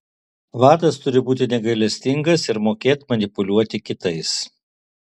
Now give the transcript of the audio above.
vadas turi būti negailestingas ir mokėt manipuliuoti kitais